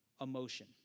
emotion